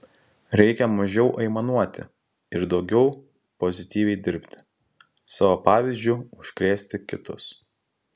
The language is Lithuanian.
reikia mažiau aimanuoti ir daugiau pozityviai dirbti savo pavyzdžiu užkrėsti kitus